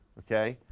okay?